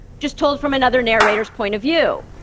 just told from another narrator's point of view.